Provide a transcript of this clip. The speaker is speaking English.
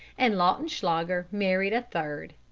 and lautenschlager married a third.